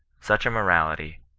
such a morality,